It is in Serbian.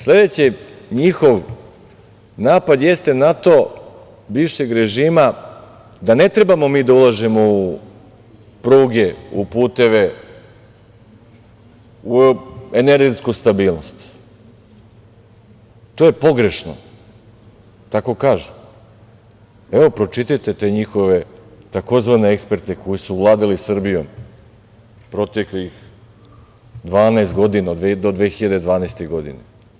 Sledeći njihov napad jeste na to, bivšeg režima, da ne trebamo mi da ulažemo u pruge, u puteve, u energetsku stabilnost, to je pogrešno, tako kažu, evo pročitajte te njihove tzv. eksperte koji su vladali Srbijom proteklih 12 godina, do 2012. godine.